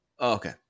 okay